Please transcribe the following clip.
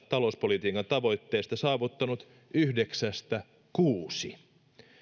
talouspolitiikan tavoitteista saavuttanut yhdeksästä kuusi